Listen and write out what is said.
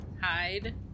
Hide